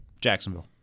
Jacksonville